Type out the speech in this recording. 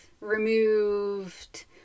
removed